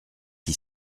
qui